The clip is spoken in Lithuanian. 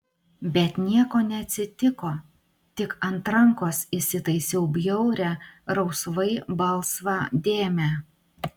bet nieko neatsitiko tik ant rankos įsitaisiau bjaurią rausvai balsvą dėmę